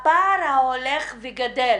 הפער ההולך וגדל